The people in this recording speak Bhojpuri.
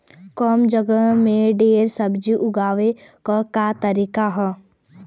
कम जगह में ढेर सब्जी उगावे क का तरीका ह?